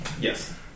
Yes